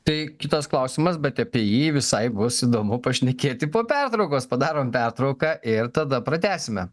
tai kitas klausimas bet apie jį visai bus įdomu pašnekėti po pertraukos padarom pertrauką ir tada pratęsime